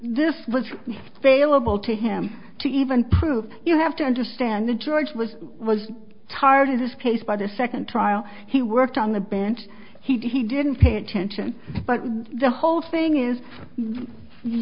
this was a local to him to even prove you have to understand the george was was tired in this case by the second trial he worked on the bench he didn't pay attention but the whole thing is